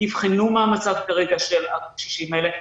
יבחנו מה המצב כרגע של הקשישים האלה,